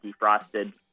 defrosted